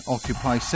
Occupy